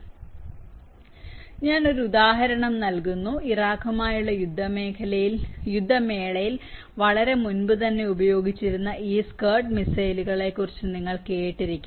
അതിനാൽ ഞാൻ ഒരു ഉദാഹരണം നൽകുന്നു ഇറാഖുമായുള്ള യുദ്ധമേളയിൽ വളരെ മുമ്പുതന്നെ ഉപയോഗിച്ചിരുന്ന ഈ സ്കഡ് മിസൈലുകളെക്കുറിച്ച് നിങ്ങൾ കേട്ടിരിക്കണം